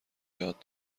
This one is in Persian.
یاد